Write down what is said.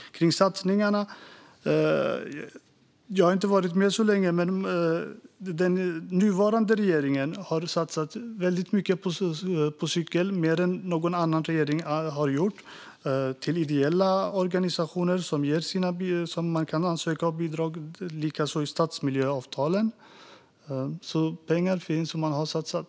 Jag har inte varit med så länge, men jag vet att den nuvarande regeringen har satsat mer på cykling än någon annan regering. Ideella organisationer kan ansöka om bidrag, och det finns satsningar i stadsmiljöavtalen. Pengar finns, så man har satsat.